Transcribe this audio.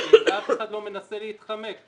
ואף אחד לא מנסה להתחמק.